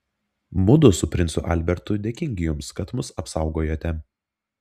mudu su princu albertu dėkingi jums kad mus apsaugojote